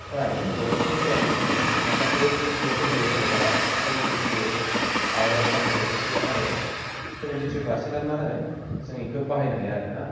फ्राय बयबो सुबुंफोरा मिथिगौ माखासे जौखोन्दो जेनेबा सेभेन्टिथ्रि आउट अफ हान्ड्रेडयावहाय सेभेन्टिथ्रि पार्सेन्टनो मा होनो जों इखो बाहायनो हाया आरो ना